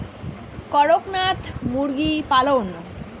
করকনাথ মুরগি পালন?